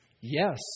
Yes